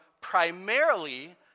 primarily